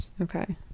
Okay